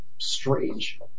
Strange